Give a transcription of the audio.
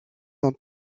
dans